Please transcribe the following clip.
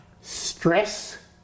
stress